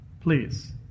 Please